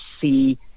see